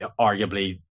arguably